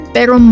Pero